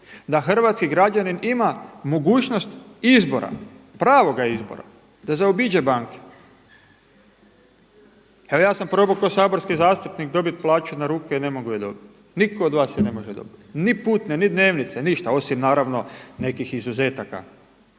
da hrvatski građanin ima mogućnost izbora, pravoga izbora da zaobiđe banke. Evo ja sam probao kao saborski zastupnik dobiti plaću na ruke i ne mogu je dobiti. Nitko od vas je ne može dobiti, ni putne, ni dnevnice, ništa, osim naravno nekih izuzetaka